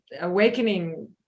awakening